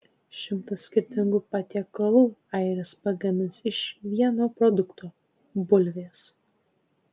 šimtą skirtingų patiekalų airis pagamins iš vieno produkto bulvės